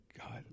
God